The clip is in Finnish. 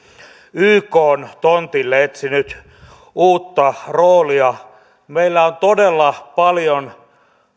ykn tontille etsinyt uutta roolia meillä on todella paljon